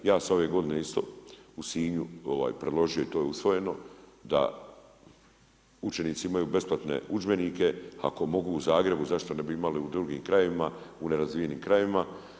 Ja sam ove godine isto u Sinju predložio i to je usvojeno da učenici imaju besplatne udžbenike, ako mogu u Zagrebu zašto ne bi imali u drugim u nerazvijenim krajevima.